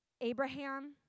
Abraham